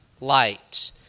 light